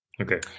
okay